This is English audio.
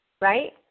right